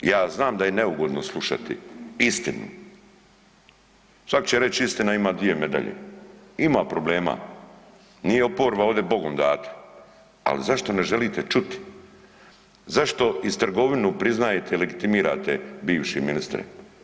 Ja znam da je neugodno slušati istinu, svak će reći istina ima dvije medalje, ima problema, nije oporba ovde Bogom data, ali zašto ne želite čuti, zašto iz trgovinu priznajete legitimirate bivši ministre.